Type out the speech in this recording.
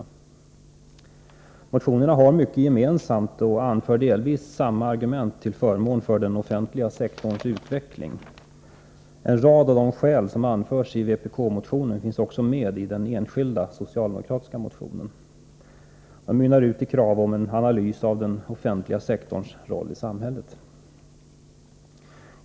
I motionerna, som har mycket gemensamt, anförs delvis samma argumentation till förmån för den offentliga sektorns utveckling. En rad av de skäl som anförs i vpk-motionen finns också med i den enskilda socialdemokratiska motionen, där det krävs en analys av den offentliga sektorns roll i samhället.